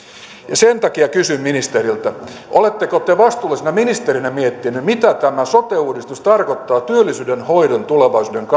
ja sen takia kysyn ministeriltä oletteko te vastuullisena ministerinä miettinyt mitä tämä sote uudistus tarkoittaa työllisyyden hoidon tulevaisuuden